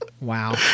Wow